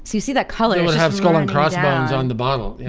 see see that color would have skull and crossbones on the bottle.